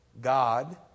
God